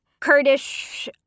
Kurdish